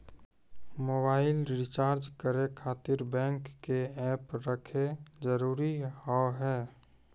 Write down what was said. Mobile recharge करे खातिर bank के ऐप रखे जरूरी हाव है?